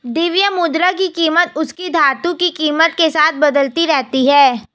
द्रव्य मुद्रा की कीमत उसकी धातु की कीमत के साथ बदलती रहती है